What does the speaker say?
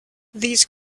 these